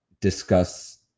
discuss